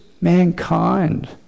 mankind